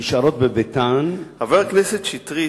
נשארות בביתן, חבר הכנסת שטרית,